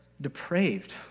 depraved